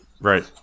Right